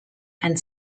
and